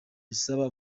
bisaba